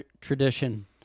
tradition